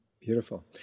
Beautiful